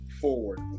forward